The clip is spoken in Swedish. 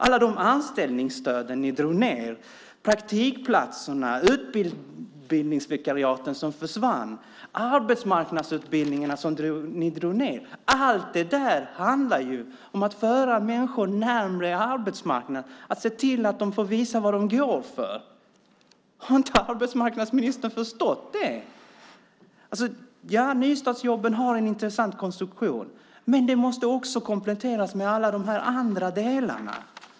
Alla de anställningsstöd ni drog ned, praktikplatserna och utbildningsvikariaten som försvann - allt det handlar om att föra människor närmare arbetsmarknaden och se till att de får visa vad de går för. Har inte arbetsmarknadsministern förstått det? Nystartsjobben har en intressant konstruktion, men de måste också kompletteras med alla dessa andra delar.